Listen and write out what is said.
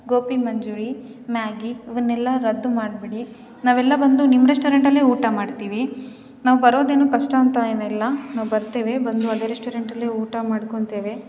gobi manchurian Maggi ಇವ್ನೆಲ್ಲ ರದ್ದು ಮಾಡಿಬಿಡಿ ನಾವೆಲ್ಲ ಬಂದು ನಿಮ್ಮ ರೆಸ್ಟೋರೆಂಟಲ್ಲೆ ಊಟ ಮಾಡ್ತೀವಿ ನಾವು ಬರೋದೇನು ಕಷ್ಟ ಅಂತ ಏನಿಲ್ಲ ನಾವು ಬರ್ತೇವೆ ಬಂದು ಅದೇ ರೆಸ್ಟೋರೆಂಟಲ್ಲೆ ಊಟ ಮಾಡ್ಕೋತೇವೆ